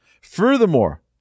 Furthermore